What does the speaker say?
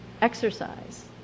exercise